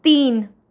तीन